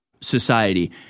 society